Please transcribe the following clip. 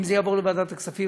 אם זה יעבור לוועדת הכספים,